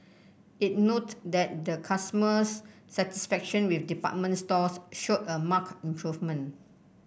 it note that the customers satisfaction with department stores showed a mark improvement